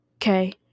okay